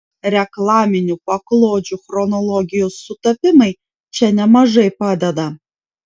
reklaminių paklodžių chronologijos sutapimai čia nemažai padeda